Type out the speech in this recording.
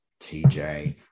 TJ